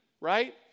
right